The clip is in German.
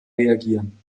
reagieren